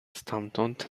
stamtąd